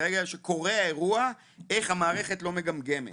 ברגע שקורה האירוע איך המערכת לא מגמגמת,